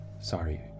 Sorry